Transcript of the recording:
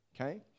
okay